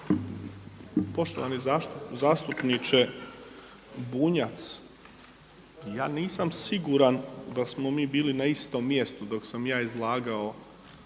Poštovani zastupniče Bunjac, ja nisam siguran da smo mi bili na istom mjestu dok sam ja izlagao